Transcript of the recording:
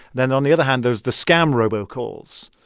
then on the other hand, there's the scam robocalls.